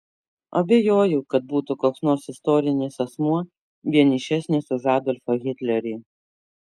abejoju kad būtų koks nors istorinis asmuo vienišesnis už adolfą hitlerį